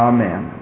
Amen